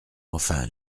enfin